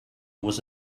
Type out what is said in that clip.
was